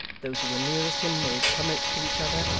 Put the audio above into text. those who were nearest him made comments to each other,